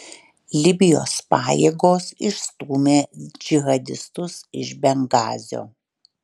libijos pajėgos išstūmė džihadistus iš bengazio